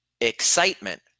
excitement